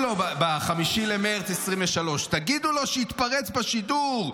ב-5 במרץ 2023: תגידו לו שיתפרץ לשידור,